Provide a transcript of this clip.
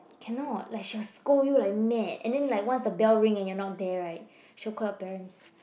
cannot like she will scold you like mad and then like once the bell ring and your not there right she will call your parents